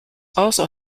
also